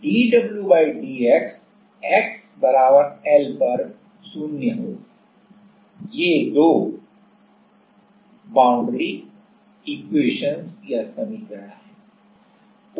तो और dwdx x L पर 0 होगा ये दो बाउंड्री समीकरण हैं